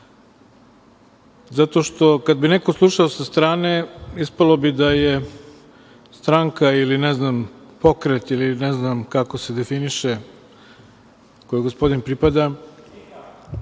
zato što kad bi neko slušao sa strane, ispalo bi da je stranka ili, ne znam, pokret ili ne znam kako se definiše, kome gospodin pripada,